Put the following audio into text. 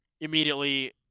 immediately